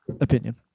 opinion